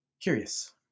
curious